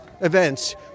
events